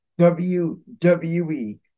WWE